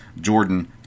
Jordan